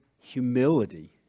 humility